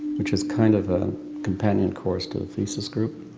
which is kind of a companion course to the thesis group.